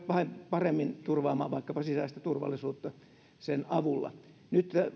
paremmin turvaamaan vaikkapa sisäistä turvallisuutta sen avulla nyt